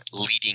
leading